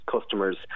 customers